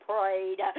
prayed